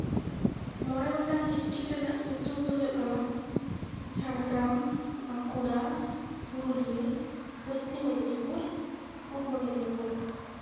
ᱢᱚᱬᱮ ᱜᱚᱴᱟᱱ ᱰᱤᱥᱴᱤᱠ ᱨᱮᱭᱟᱜ ᱧᱩᱛᱩᱢ ᱫᱚ ᱦᱩᱭᱩᱜ ᱠᱟᱱᱟ ᱡᱷᱟᱲᱜᱨᱟᱢ ᱵᱟᱸᱠᱩᱲᱟ ᱯᱩᱨᱩᱞᱤᱭᱟᱹ ᱯᱚᱥᱪᱤᱢ ᱢᱮᱫᱽᱱᱤᱯᱩᱨ ᱯᱩᱨᱵᱚ ᱢᱮᱫᱽᱱᱤᱯᱩᱨ